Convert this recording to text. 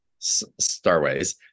starways